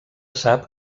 sap